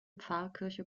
pfarrkirche